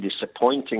disappointing